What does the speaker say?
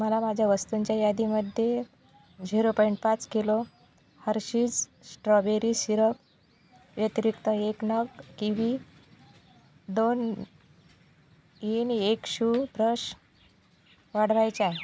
मला माझ्या वस्तूंच्या यादीमध्ये झिरो पॉईंट पाच किलो हर्षीज स्ट्रॉबेरी सिरप व्यतिरिक्त एक नग किव्ही दोन इन एक शू ब्रश वाढवायचे आहे